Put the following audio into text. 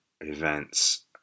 events